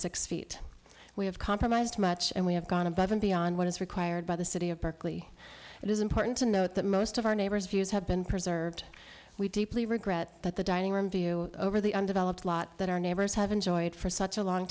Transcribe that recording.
six feet we have compromised much and we have gone above and on what is required by the city of berkeley it is important to note that most of our neighbors views have been preserved we deeply regret that the dining room view over the undeveloped lot that our neighbors have enjoyed for such a long